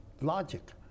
logic